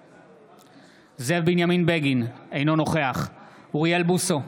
בעד זאב בנימין בגין, אינו נוכח אוריאל בוסו,